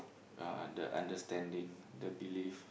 ya the understanding the belief